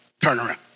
turnaround